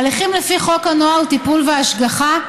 הליכים לפי חוק הנוער (טיפול והשגחה)